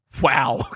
Wow